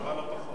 חוק החברות